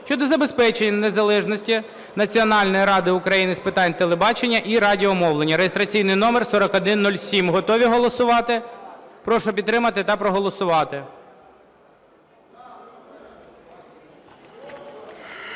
щодо забезпечення незалежності Національної ради України з питань телебачення і радіомовлення (реєстраційний номер 4107). Готові голосувати? Прошу підтримати та проголосувати.